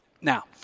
Now